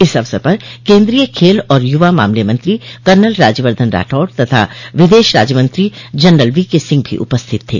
इस अवसर पर केन्द्रीय खेल और यूवा मामले मंत्री कर्नल राज्यवर्द्वन राठौड़ तथा विदेश राज्य मंत्री जनरल वीके सिंह भी उपस्थित थे